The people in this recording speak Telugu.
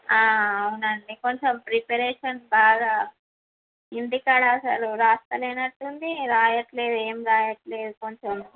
అవునండి కొంచెం ప్రిపరేషన్ బాగా ఇంటికాడ అస్సలు రాస్తలేనట్టు ఉంది రాయట్లే ఎం రాయట్లేదు కొంచెం